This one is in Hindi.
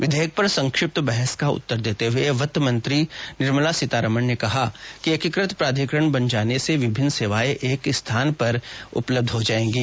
विघेयक पर संक्षिप्त बहस का उत्तर देते हुए वित्ता मंत्री निर्मला सीतारामन ने कहा कि एकीकृत प्राधिकरण बन जाने से विभिन्नि सेवाएं एक ही स्थान पर उपलब्धि हो जाएंगी